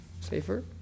safer